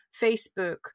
Facebook